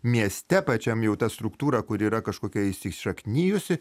mieste pačiam jau ta struktūra kuri yra kažkokia įsišaknijusi